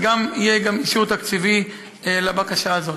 אז יהיה גם אישור תקציבי לבקשה הזאת.